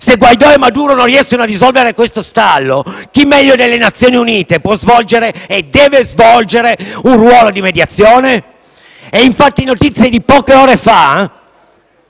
Se Guaidó e Maduro non riescono a risolvere questo stallo, chi meglio delle Nazioni Unite può e deve svolgere un ruolo di mediazione? È notizia di poche ore fa